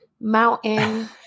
Mountain